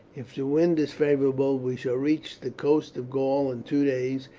if the wind is favourable we shall reach the coast of gaul in two days,